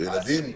ילדים.